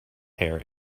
hair